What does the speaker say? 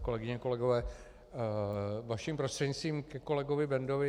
Kolegyně a kolegové, vaším prostřednictvím ke kolegovi Bendovi.